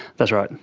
that's right,